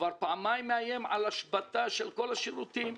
כבר פעמיים איים בהשבתה של כל השירותים,